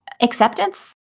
acceptance